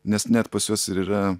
nes net pas juos ir yra